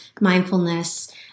mindfulness